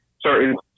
certain